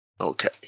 Okay